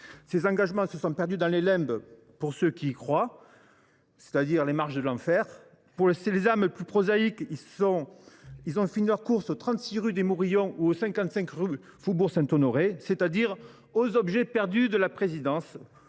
les engagements se sont perdus dans les limbes, c’est à dire aux marges de l’enfer. Pour les âmes plus prosaïques, ils ont fini leur course au 36, rue des Morillons ou au 55, rue du Faubourg Saint Honoré, c’est à dire aux objets perdus de la Présidence.